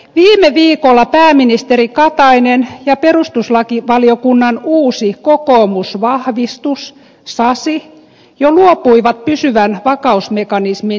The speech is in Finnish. viime viikolla pääministeri katainen ja pe rustuslakivaliokunnan uusi kokoomusvahvistus sasi jo luopuivat pysyvän vakausmekanismin yksimielisyysehdosta